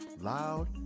loud